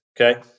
Okay